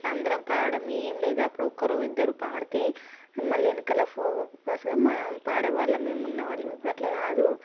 ఇలా అందరం పాడడం ఏం లేదు అప్పుడు ఒక్కరు ఇద్దరు పాడితే మళ్ళీ వెనుక ఫోర్ మెంబర్స్గా మనం పాడే వాళ్ళం మేము ఉన్నవాళ్ళం ఇప్పుడు అలా కాదు